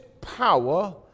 power